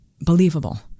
believable